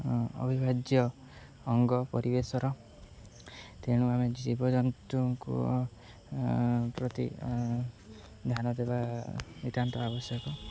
ଅଭିଭାର୍୍ୟ ଅଙ୍ଗ ପରିବେଶର ତେଣୁ ଆମେ ଜୀବଜନ୍ତୁଙ୍କୁ ପ୍ରତି ଧ୍ୟାନ ଦେବା ନିତନ୍ତ ଆବଶ୍ୟକ